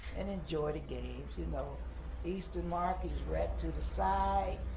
and enjoy the games. you know eastern market is right to the side.